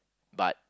but